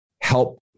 help